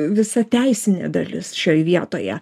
visa teisinė dalis šioj vietoje